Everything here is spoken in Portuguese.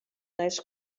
nas